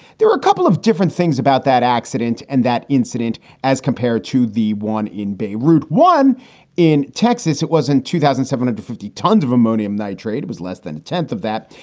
there were a couple of different things about that accident and that incident as compared to the one in beirut, one in texas. it was in two thousand seven hundred fifty tons of ammonium nitrate. it was less than a tenth of that.